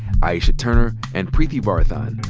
aisha turner, and preeti varathan.